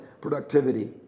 productivity